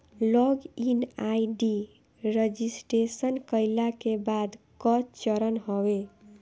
log in ID registration कईला के बाद कअ चरण हवे